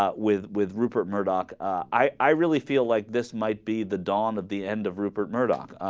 ah with with rupert murdoch ah. i really feel like this might be the dawn of the end of rupert murdoch ah.